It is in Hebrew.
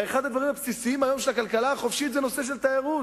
הרי אחד הדברים הבסיסיים היום של הכלכלה החופשית זה הנושא של תיירות,